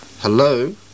Hello